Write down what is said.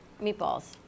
meatballs